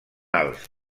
alts